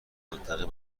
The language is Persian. منطقه